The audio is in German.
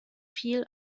viel